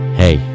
hey